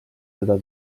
seda